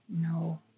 no